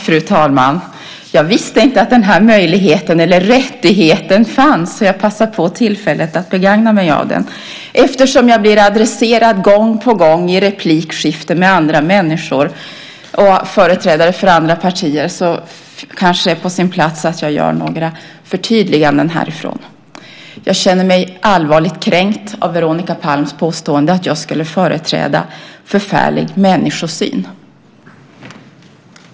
Fru talman! Jag visste inte tidigare att den här möjligheten, eller rättigheten, till ytterligare anföranden fanns, och därför passar jag nu på tillfället att begagna mig av den. Eftersom jag i replikskiftena gång på gång blir adresserad av företrädare för andra partier kanske det är på sin plats att jag gör några förtydliganden från talarstolen. Jag känner mig allvarligt kränkt av Veronica Palms påstående att jag skulle företräda en förfärlig människosyn.